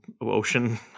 ocean